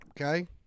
okay